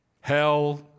hell